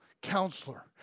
counselor